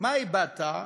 מה איבדת?